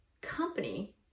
company